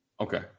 Okay